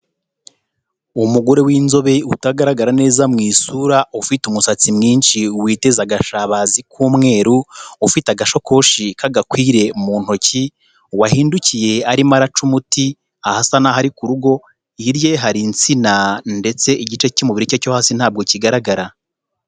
Umugore w'inzobe utagaragara neza mu isura ufite umusatsi mwinshi witeza agashabazi k'umweru, ufite agasakoshi k'agakwire mu ntoki, wahindukiye arimo araca umuti ahasa n'aho ari ari ku rugo, hirya ye hari insina ndetse igice cy'umubiri cye cyo hasi ntabwo kigaragara.